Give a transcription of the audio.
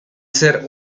ser